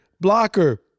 blocker